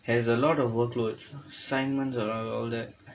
has a lot of work load assignments and all that